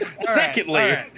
Secondly